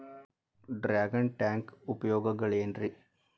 Dragon tank ಉಪಯೋಗಗಳೆನ್ರಿ?